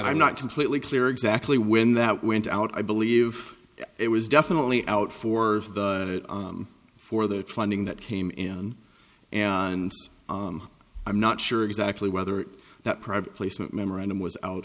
i'm not completely clear exactly when that went out i believe it was definitely out for the for the funding that came in and i'm not sure exactly whether that private placement memorandum was out